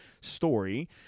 story